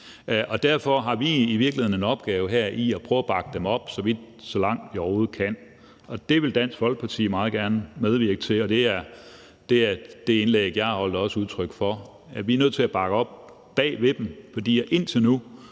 Derfor har vi i virkeligheden her en opgave i at prøve at bakke dem op, så langt vi overhovedet kan, og det vil Dansk Folkeparti meget gerne medvirke til. Det er det indlæg, jeg har holdt, også udtryk for: at vi er nødt til at bakke op og stå bag dem, for de har indtil nu